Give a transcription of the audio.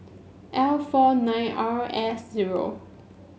L four nine R S zero